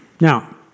Now